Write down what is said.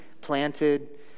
planted